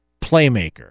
Playmaker